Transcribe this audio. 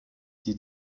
sie